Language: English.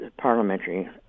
parliamentary